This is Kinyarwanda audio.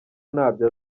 ntabyo